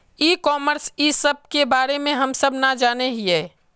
ई commerce इस सब के बारे हम सब ना जाने हीये?